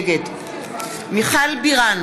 נגד מיכל בירן,